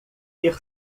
ter